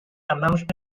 announced